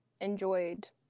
enjoyed